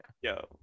yo